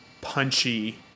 punchy